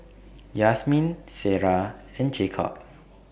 Yasmeen Ciera and Jakob